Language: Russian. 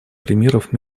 примеров